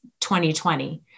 2020